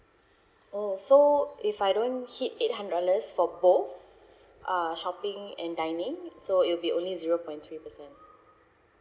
oh so if I don't hit eight hundred dollars for both uh shopping and dining so it will be only zero point three percent